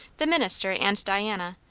the minister and diana,